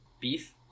beef